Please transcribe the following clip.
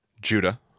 Judah